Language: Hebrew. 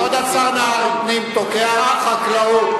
השר נהרי, משרד הפנים תוקע את החקלאות.